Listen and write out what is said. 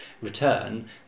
return